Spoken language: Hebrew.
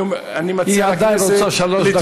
אני מציע, היא עדיין רוצה שלוש דקות.